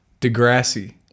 Degrassi